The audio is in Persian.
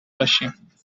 باشیم